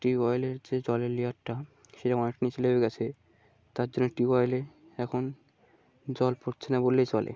tube অয়েলের যে জলের লেয়ারটা সেটা অনেক নিচে নেমে গেছে তার জন্য টিউব অয়েলে এখন জল পড়ছে না বললেই চলে